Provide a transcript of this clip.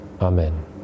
Amen